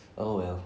oh well